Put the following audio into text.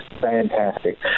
fantastic